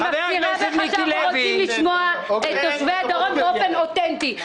אני מזכיר לך שאנחנו רוצים לשמוע את תושבי הדרום באופן אותנטי,